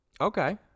Okay